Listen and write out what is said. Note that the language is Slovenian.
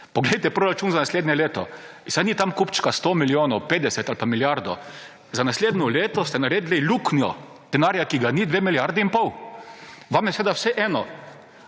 Poglejte proračun za naslednje leto, saj ni tam kupčka 100 milijonov, 50 ali pa milijardo. Za naslednje leto ste naredili luknjo denarja, ki ga ni, 2 milijardi in pol. Vam je seveda vseeno